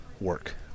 work